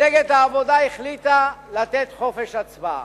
מפלגת העבודה החליטה לתת חופש הצבעה.